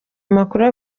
amakuru